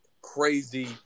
crazy